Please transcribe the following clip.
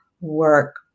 work